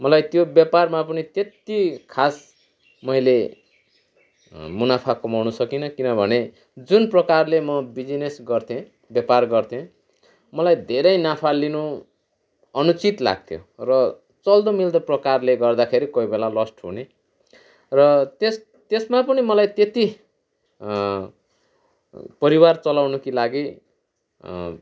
मलाई त्यो व्यापारमा पनि त्यति खास मैले मुनाफा कमाउन सकिनँ किनभने जुन प्रकारले म बिजिनेस गर्थेँ व्यापार गर्थेँ मलाई धेरै नाफा लिनु अनुचित लाग्थ्यो र चल्दो मिल्दो प्रकारले गर्दाखेरि कोही बेला लस्ट हुने र त्यस त्यसमा पनि मलाई त्यत्ति परिवार चलाउनुको लागि